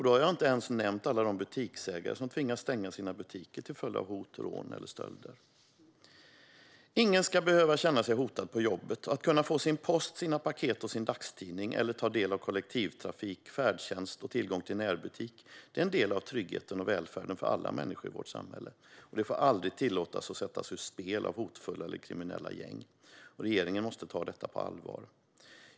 Då har jag inte ens nämnt alla de butiksägare som tvingas stänga sina butiker till följd av hot, rån eller stölder. Ingen ska behöva känna sig hotad på jobbet. Att kunna få sin post, sina paket och sin dagstidning, ta del av kollektivtrafik eller färdtjänst och få tillgång till närbutik är en del av tryggheten och välfärden för alla människor i vårt samhälle. Detta får aldrig tillåtas sättas ur spel av hotfulla eller kriminella gäng. Regeringen måste ta detta på allvar.